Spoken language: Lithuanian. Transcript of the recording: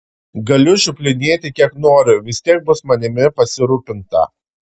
galiu žioplinėti kiek noriu vis tiek bus manimi pasirūpinta